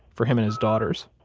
for him and his daughters